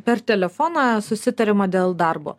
per telefoną susitariama dėl darbo